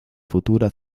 futura